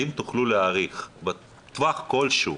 האם תוכלו להעריך בטווח כלשהו